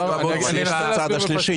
אני אנסה להתייחס.